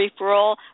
referral